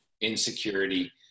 insecurity